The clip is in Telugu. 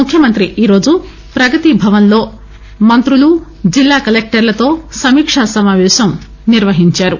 ముఖ్యమంత్రి ఈరోజు ప్రగతి భవన్ లో మంత్రులూ జిల్లా కలెక్టర్లతో సమీకా సమాపేశం నిర్వహించారు